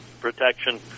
protection